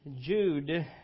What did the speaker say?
Jude